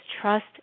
trust